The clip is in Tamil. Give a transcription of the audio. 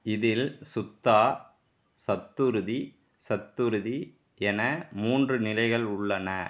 இதில் சுத்தா சத்துருதி சத்துருதி என மூன்று நிலைகள் உள்ளன